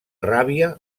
ràbia